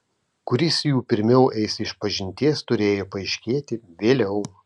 kuris jų pirmiau eis išpažinties turėjo paaiškėti vėliau